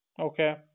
Okay